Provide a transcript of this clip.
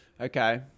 Okay